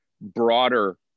broader